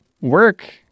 work